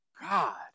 God